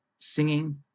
singing